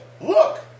look